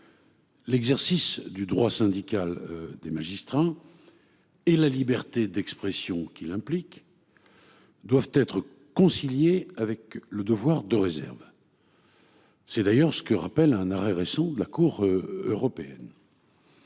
L'exercice du droit syndical des magistrats. Et la liberté d'expression qu'il implique. Doivent être concilié avec le devoir de réserve. C'est d'ailleurs ce que rappelle un arrêt récent de la Cour européenne.